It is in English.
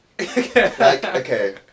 Okay